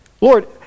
Lord